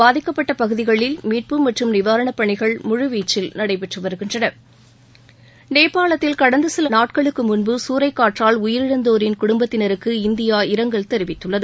பாதிக்கப்பட்ட பகுதிகளில் மீட்பு மற்றும் நிவாரணப் பணிகள் முழுவீச்சில் நடைபெற்று வருகின்றன நேபாளத்தில் கடந்த சில நாட்களுக்கு முன்பு சூறைக்காற்றால் உயிரிழந்தோரின் குடும்பத்தினருக்கு இந்தியா இரங்கல் தெரிவித்துள்ளது